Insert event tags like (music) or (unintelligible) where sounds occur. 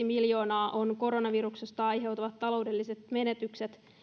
(unintelligible) miljoonaa ovat koronaviruksesta aiheutuvat taloudelliset menetykset